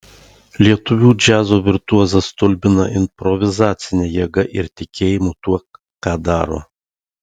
lietuvių džiazo virtuozas stulbina improvizacine jėga ir tikėjimu tuo ką daro